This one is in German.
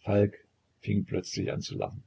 falk fing plötzlich an zu lachen